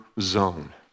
zone